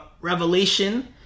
revelation